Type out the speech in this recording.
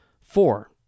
Four